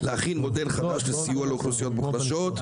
להחיל מודל חדש לסיוע לאוכלוסיות מוחלשות,